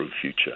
future